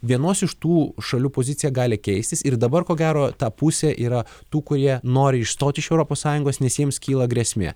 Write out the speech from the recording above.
vienos iš tų šalių pozicija gali keistis ir dabar ko gero ta pusė yra tų kurie nori išstoti iš europos sąjungos nes jiems kyla grėsmė